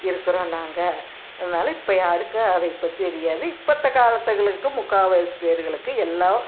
இருக்கிறோம் நாங்கள் அதனால இப்போ யாருக்கும் அது இப்போ தெரியாது இப்போத்த காலத்துகளுக்கு முக்கால்வாசி பேர்களுக்கு எல்லாம்